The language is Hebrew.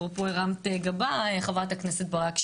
אפרופו הרמת גבה חה"כ ברק,